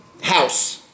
house